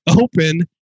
open